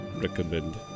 recommend